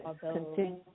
continue